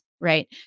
right